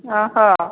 ହଁ ହଁ